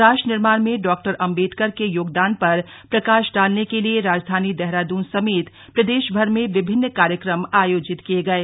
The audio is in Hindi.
राष्ट्र निर्माण में डॉक्टर आम्बेडकर के योगदान पर प्रकाश डालने के लिए राजधानी देहरादून समेत प्रदेशभर में विभिन्न कार्यक्रम आयोजित किए गये